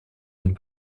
een